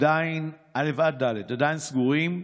עדיין סגורים.